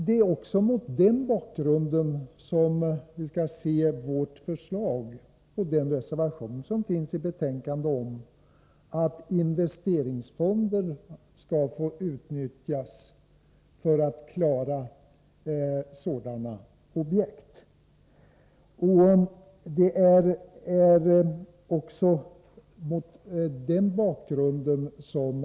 Det är mot den bakgrunden som vi skall se vårt förslag och den reservation som finns till betänkandet om att investeringsfonden skall få utnyttjas för att klara sådana här objekt.